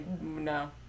No